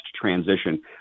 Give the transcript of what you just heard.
transition